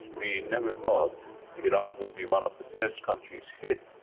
we never thought iran would be one of the first countries hit,